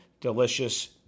delicious